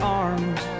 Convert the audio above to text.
arms